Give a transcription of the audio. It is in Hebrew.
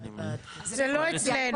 זה לא אצלנו.